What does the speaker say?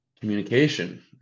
communication